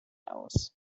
aus